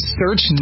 search